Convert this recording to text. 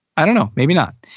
i don't know, maybe not.